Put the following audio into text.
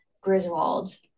Griswold